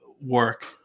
work